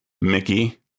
Mickey